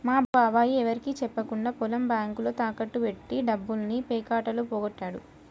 మా బాబాయ్ ఎవరికీ చెప్పకుండా పొలం బ్యేంకులో తాకట్టు బెట్టి డబ్బుల్ని పేకాటలో పోగొట్టాడు